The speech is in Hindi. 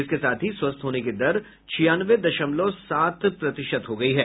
इसके साथ ही स्वस्थ होने की दर छियानवें दशमलव सात प्रतिशत हो गई है